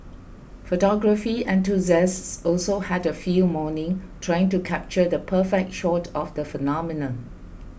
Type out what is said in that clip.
photography enthusiasts also had a field morning trying to capture the perfect shot of the phenomenon